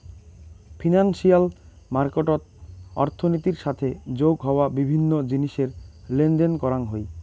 financial মার্কেটত অর্থনীতির সাথে যোগ হওয়া বিভিন্ন জিনিসের লেনদেন করাং হই